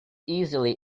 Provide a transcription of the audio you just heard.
easily